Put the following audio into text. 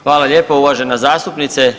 Hvala lijepo uvažena zastupnice.